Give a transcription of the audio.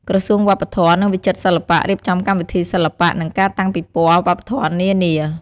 ក្រសួងវប្បធម៌ និងវិចិត្រសិល្បៈ រៀបចំកម្មវិធីសិល្បៈ និងការតាំងពិព័រណ៍វប្បធម៌នានា។